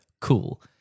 cool